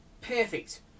Perfect